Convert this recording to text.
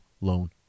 loan